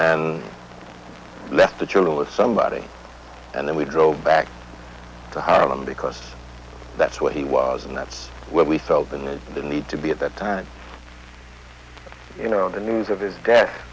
and left the children with somebody and then we drove back to harlem because that's what he was and that's when we felt the need to need to be at that time you know the news of his death